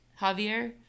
Javier